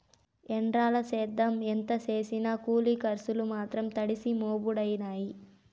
ఎంత్రాల సేద్యం ఎంత సేసినా కూలి కర్సులు మాత్రం తడిసి మోపుడయినాయి